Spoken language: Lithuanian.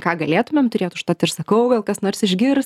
ką galėtumėm turėt užtat ir sakau gal kas nors išgirs